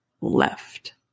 left